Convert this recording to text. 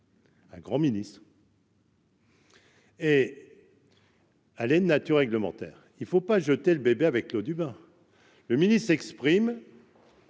Un grand ministre. Et. à l'est de nature réglementaire, il ne faut pas jeter le bébé avec l'eau du bain le ministre exprime.